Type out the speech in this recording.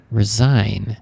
resign